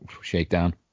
shakedown